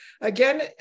again